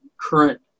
current